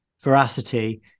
veracity